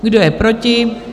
Kdo je proti?